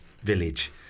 village